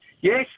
Yes